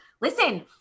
Listen